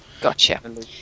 Gotcha